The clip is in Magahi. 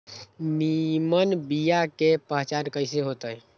निमन बीया के पहचान कईसे होतई?